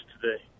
today